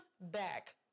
back